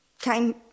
Came